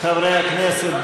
חברי הכנסת,